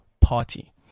party